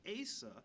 Asa